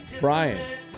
Brian